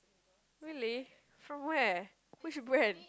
really from where which brand